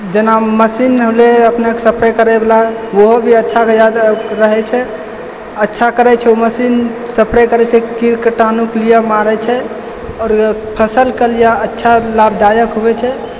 जेना मशीन होलै अपनेके सफाइ करैवला ओहो भी अच्छा जादा रहै छै अच्छा करै छै ओ मशीन सफाइ करै छै कीटाणुके लिए मारै छै आओर फसलके लिए अच्छा लाभदायक होइ छै